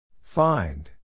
Find